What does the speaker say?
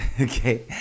Okay